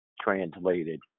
translated